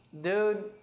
dude